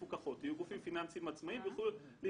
אם יש פעילות במזומנים שהיא לגורמים שלא קשורים